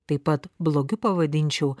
taip pat blogiu pavadinčiau